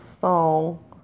song